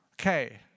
Okay